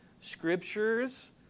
scriptures